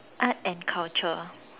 art and culture